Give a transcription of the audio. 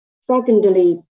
Secondly